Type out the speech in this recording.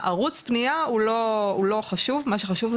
ערוץ הפניה הוא לא מה שחשוב,